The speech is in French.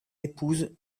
épouse